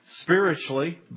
spiritually